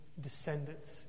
descendants